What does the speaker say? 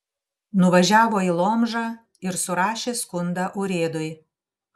nuvažiavo į lomžą ir surašė skundą urėdui